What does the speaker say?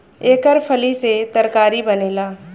एकर फली से तरकारी बनेला